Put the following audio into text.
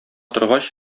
торгач